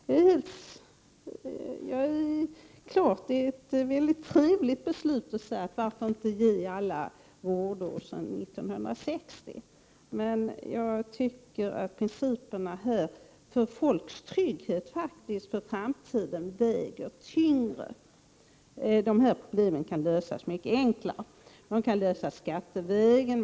Det är klart att det är väldigt trevligt att säga att man skall ge ATP-poäng för alla vårdår sedan 1960, men jag tycker att principerna för folks trygghet för framtiden väger tyngre. Problemet kan lösas mycket enklare. Det kan lösas skattevägen.